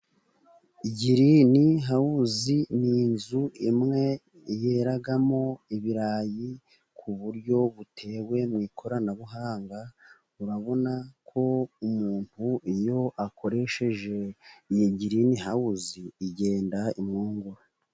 Girini hawuzi ni inzu imwe yeramo ibirayi ku buryo butewe mu ikoranabuhanga, urabona ko umuntu iyo akoresheje iyi girini hawuzi, igenda imwungura.